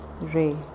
Ray